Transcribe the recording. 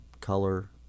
color